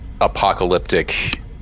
apocalyptic